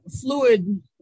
fluid